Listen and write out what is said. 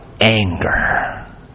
anger